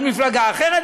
על מפלגה אחרת.